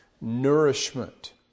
nourishment